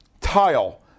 tile